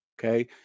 Okay